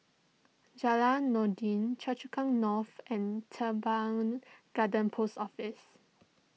Jalan Noordin Choa Chu Kang North and Teban Garden Post Office